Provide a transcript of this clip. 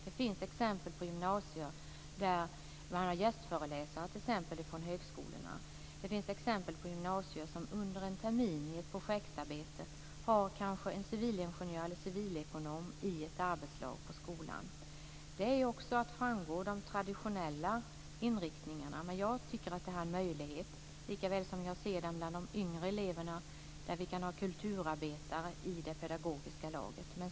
Det finns exempel på gymnasier där man har gästföreläsare t.ex. från högskolorna. Det finns exempel på gymnasier som under en termin i ett projektarbete har en civilingenjör eller civilekonom i ett arbetslag på skolan. Det är att frångå de traditionella inriktningarna, men jag tycker att det är en möjlighet. Jag ser samma möjlighet bland de yngre eleverna, där vi kan ha kulturarbetare i det pedagogiska laget.